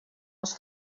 els